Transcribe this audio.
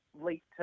late